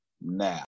now